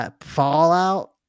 Fallout